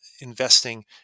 investing